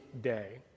day